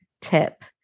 tip